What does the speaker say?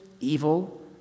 evil